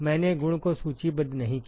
मैंने गुण को सूचीबद्ध नहीं किया